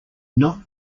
not